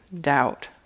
doubt